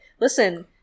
listen